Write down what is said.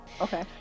okay